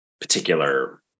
particular